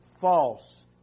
false